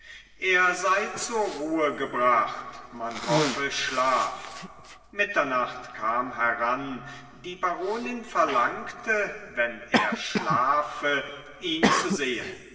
er sei zur ruhe gebracht man hoffe schlaf mitternacht kam heran die baronin verlangte wenn er schlafe ihn zu sehen